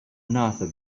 another